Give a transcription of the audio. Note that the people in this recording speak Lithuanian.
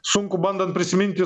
sunku bandant prisiminti